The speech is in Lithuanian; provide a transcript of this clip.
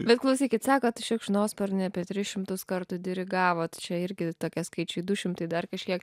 bet klausykit sakot šikšnosparnį apie tris šimtus kartų dirigavot čia irgi tokie skaičiai du šimtai dar kažkiek